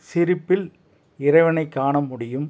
சிரிப்பில் இறைவனை காண முடியும்